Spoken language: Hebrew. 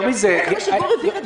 זה מה שגור הבהיר אתמול.